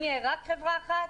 אם תהיה רק חברה אחת,